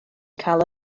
cael